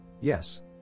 yes